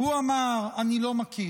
הוא אמר: אני לא מכיר,